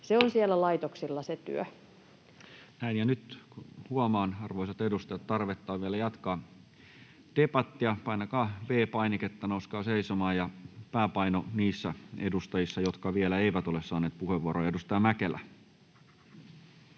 Time: 15:48 Content: Nyt huomaan, arvoisat edustajat, että tarvetta on vielä jatkaa debattia. Painakaa V-painiketta ja nouskaa seisomaan. Pääpaino on niissä edustajissa, jotka eivät vielä ole saaneet puheenvuoroa. — Edustaja Mäkelä.